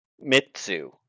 Mitsu